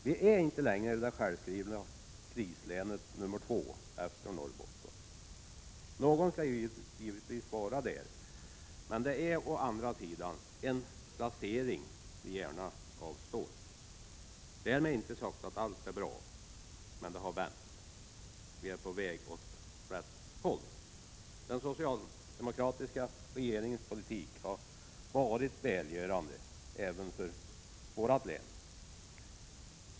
Vi är inte längre det självskrivna krislänet nummer två efter Norrbotten. Någon skall givetvis vara det, men det är å andra sidan en placering som vi gärna avstår från. Därmed inte sagt att allt är bra, men det har vänt, och vi är på väg åt rätt håll. Den socialdemokratiska regeringens politik har varit välgörande även för vårt län.